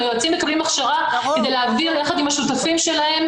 היועצים מקבלים הכשרה כדי להעביר יחד עם השותפים שלהם